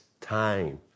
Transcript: time